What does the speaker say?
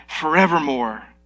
forevermore